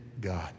God